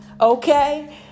okay